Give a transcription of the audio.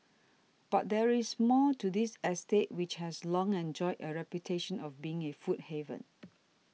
but there is more to this estate which has long enjoyed a reputation of being a food haven